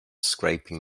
scraping